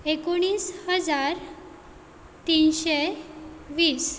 एकुणीस हजार तिनशें वीस